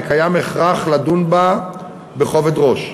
וקיים הכרח לדון בה בכובד ראש.